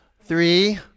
Three